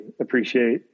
appreciate